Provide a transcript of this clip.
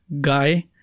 guy